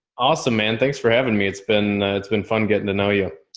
awesome man. thanks for having me. it's been a, it's been fun getting to know you.